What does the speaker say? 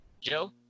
Joe